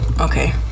okay